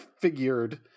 figured